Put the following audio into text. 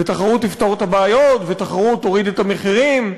ותחרות תפתור את הבעיות ותחרות תוריד את המחירים.